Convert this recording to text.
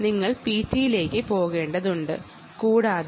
ഇനി PT യിലേക്ക് പോകാം